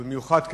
ובמיוחד,